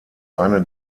eine